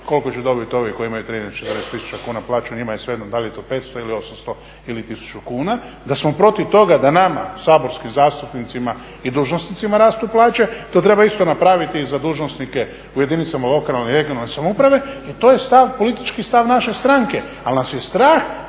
koliko će dobiti ovi koji imaju 13 000, 14 000 kuna plaću, njima je svejedno da li je to 500 ili 800 ili 1000 kuna. Da smo protiv toga da nama saborskim zastupnicima i dužnosnicima rastu plaće, to treba isto napraviti i za dužnosnike u jedinicama lokalne i regionalne samouprave. To je politički stav naše stranke. Ali nas je strah